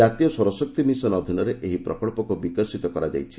ଜାତୀୟ ସୌରଶକ୍ତି ମିଶନ ଅଧୀନରେ ଏହି ପ୍ରକଳ୍ପକୁ ବିକଶିତ କରାଯାଇଛି